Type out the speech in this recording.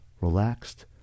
relaxed